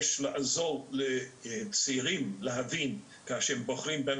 יש לעזור לצעירים להבין כאשר הם בוחרים בן